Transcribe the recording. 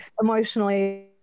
emotionally